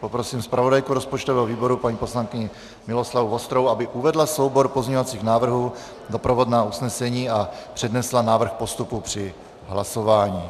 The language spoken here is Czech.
poprosím zpravodajku rozpočtového výboru paní poslankyni Miloslavu Vostrou, aby uvedla soubor pozměňovacích návrhů, doprovodná usnesení a přednesla návrh postupu při hlasování.